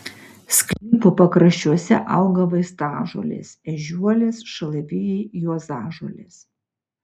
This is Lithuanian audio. sklypo pakraščiuose auga vaistažolės ežiuolės šalavijai juozažolės